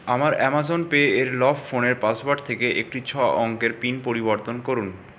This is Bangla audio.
আমার আমাজন পের লক ফোনের পাসওয়ার্ড থেকে একটি ছ অঙ্কের পিনে পরিবর্তন করুন